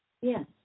Yes